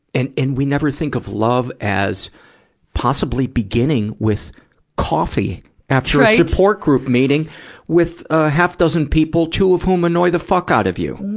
and, and we never think of love as possibly beginning with coffee after a support group meeting with, ah, half dozen people, two of whom annoy the fuck out of you.